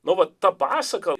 buvo ta pasaka